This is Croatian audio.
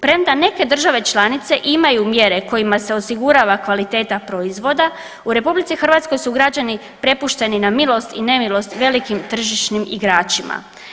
Premda neke države članice imaju mjere kojima se osigurava kvaliteta proizvoda u RH su građani prepušteni na milost i nemilost velikim tržišnim igračima.